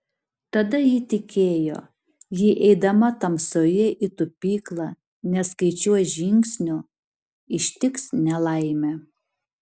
tada ji tikėjo jei eidama tamsoje į tupyklą neskaičiuos žingsnių ištiks nelaimė